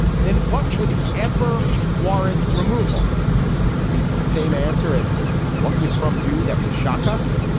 then what would ever warrant removal is the same answer as what could trump do that would shock us?